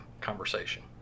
conversation